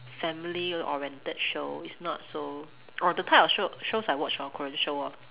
family oriented show it's not so or the type of show shows I watch Korean show ah